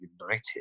united